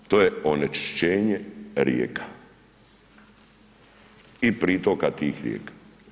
To je onečišćenje rijeka i pritoka tih rijeka.